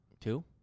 Two